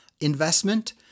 investment